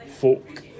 folk